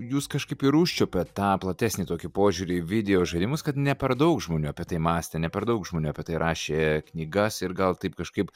jūs kažkaip ir užčiuopėt tą platesnį tokį požiūrį į videožaidimus kad ne per daug žmonių apie tai mąstė ne per daug žmonių apie tai rašė knygas ir gal taip kažkaip